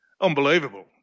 Unbelievable